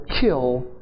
kill